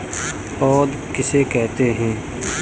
पौध किसे कहते हैं?